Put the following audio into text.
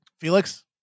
Felix